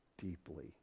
deeply